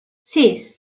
sis